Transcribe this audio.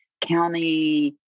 County